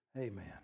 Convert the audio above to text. Amen